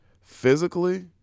Physically